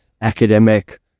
academic